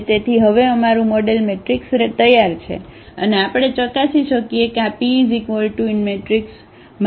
તેથી હવે અમારું મોડેલ મેટ્રિક્સ તૈયાર છે અને આપણે ચકાસી શકીએ કે આp 1 4 1 1 કેવી દેખાય છે